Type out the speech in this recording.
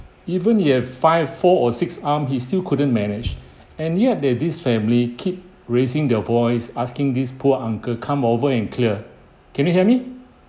even he have five four or six arm he still couldn't manage and yet there're this family keep raising their voice asking these poor uncle come over and clear can you hear me